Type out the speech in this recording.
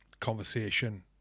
conversation